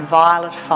violet